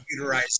computerized